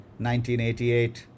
1988